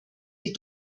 die